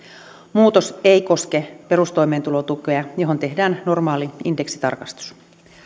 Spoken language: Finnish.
muutos ei koske perustoimeentulotukea johon tehdään normaali indeksitarkistus